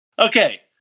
Okay